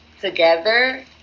together